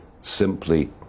simply